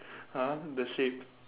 !huh! the shape